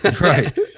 Right